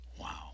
Wow